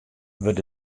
wurdt